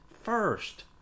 First